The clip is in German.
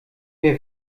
wer